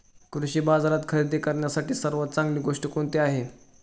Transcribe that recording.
कृषी बाजारात खरेदी करण्यासाठी सर्वात चांगली गोष्ट कोणती आहे?